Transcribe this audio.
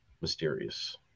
mysterious